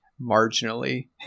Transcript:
marginally